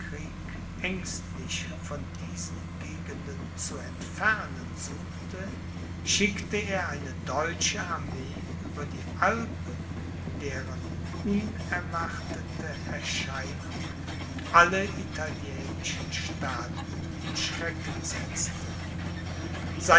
ängstlich von diesen gegenden zu entfernen suchte schickte er eine deutsche armee über die alpen deren unerwartete erscheinung alle italienischen staaten in schrecken setzte